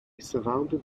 surrounded